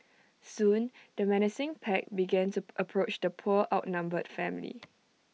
soon the menacing pack began to approach the poor outnumbered family